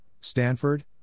Stanford